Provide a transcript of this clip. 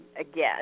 again